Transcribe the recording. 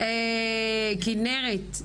כנרת,